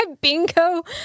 bingo